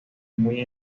muy